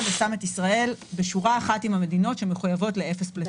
ושם את ישראל בשורה אחת עם המדינות שמחויבות לאפס פליטות.